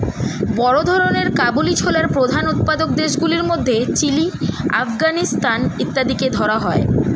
বড় ধরনের কাবুলি ছোলার প্রধান উৎপাদক দেশগুলির মধ্যে চিলি, আফগানিস্তান ইত্যাদিকে ধরা হয়